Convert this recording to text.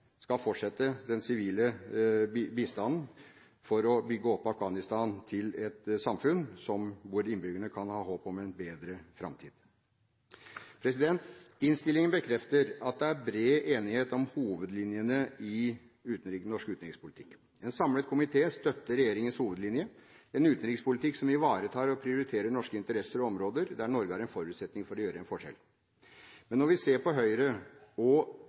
skal fortsette med den sivile bistanden for å bygge opp Afghanistan til et samfunn hvor innbyggerne kan ha håp om en bedre framtid. Innstillingen bekrefter at det er bred enighet om hovedlinjene i norsk utenrikspolitikk. En samlet komité støtter regjeringens hovedlinjer, en utenrikspolitikk som ivaretar og prioriterer norske interesser og områder der Norge har en forutsetning for å gjøre en forskjell. Men når vi ser på Høyres og